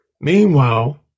Meanwhile